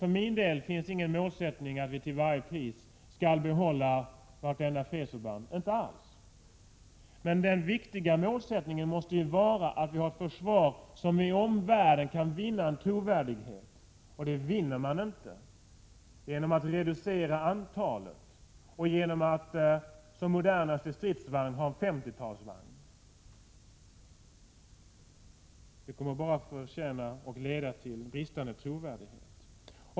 För min del har jag inte den målsättningen att vi till varje pris skall behålla vartenda fredsförband, inte alls! Men den viktiga målsättningen måste vara att vi har ett försvar som i omvärlden kan vinna trovärdighet. Det vinner man inte genom att reducera antalet förband och genom att som modernaste stridsvagn ha en 50-talsvagn. Det kommer bara att leda till bristande trovärdighet.